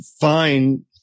fine